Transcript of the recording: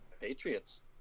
Patriots